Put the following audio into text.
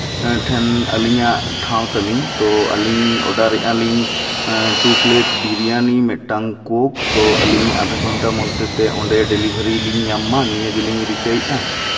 ᱴᱷᱮᱱ ᱟᱹᱞᱤᱧᱟᱜ ᱴᱷᱟᱶ ᱛᱟᱞᱤᱧ ᱛᱳ ᱟᱹᱞᱤᱧ ᱚᱰᱟᱨᱮᱜᱼᱟ ᱞᱤᱧ ᱴᱩ ᱯᱞᱮᱴ ᱵᱤᱨᱭᱟᱱᱤ ᱢᱤᱫᱴᱟᱝ ᱠᱳᱠ ᱛᱚ ᱟᱞᱤᱧ ᱟᱫᱷᱟ ᱜᱷᱚᱱᱴᱟ ᱢᱚᱫᱽᱫᱷᱮᱛᱮ ᱚᱸᱰᱮ ᱰᱮᱞᱤᱵᱷᱟᱨᱤ ᱞᱤᱧ ᱧᱟᱢ ᱢᱟ ᱱᱤᱭᱟᱹ ᱜᱤᱞᱤᱧ ᱨᱤᱠᱟᱹᱭᱮᱜᱼᱟ